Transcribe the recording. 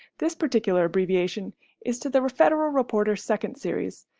this particular abbreviation is to the federal reporter second series,